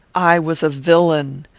i was a villain,